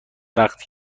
وقت